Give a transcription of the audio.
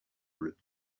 bleues